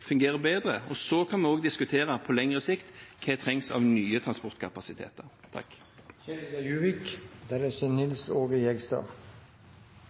fungerer bedre. Og så kan vi også diskutere hva som på lengre sikt trengs av nye transportkapasiteter. Først vil jeg takke interpellanten for at han fokuserer på infrastrukturen og nordområdesatsingen. Det